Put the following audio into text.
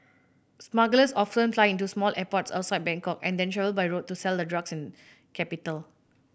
smugglers often fly into smaller airports outside Bangkok and then travel by road to sell the drugs in capital